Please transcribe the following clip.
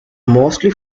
mostly